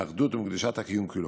מאחדות ומקדושת הקיום כולו.